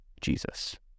jesus